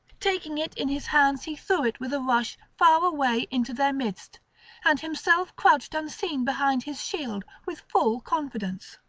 taking it in his hands he threw it with a rush far away into their midst and himself crouched unseen behind his shield, with full confidence.